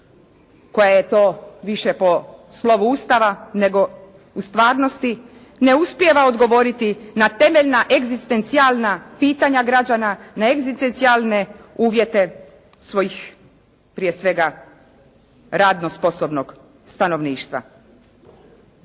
koja je to više po slovu Ustava, nego u stvarnosti ne uspijeva odgovoriti na temeljna egzistencijalna pitanja građana, na egzistencijalne uvjete svojih prije svega radno-sposobnog stanovništva.